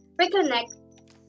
Reconnect